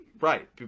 Right